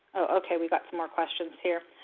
okay. we've got some more questions here.